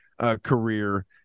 career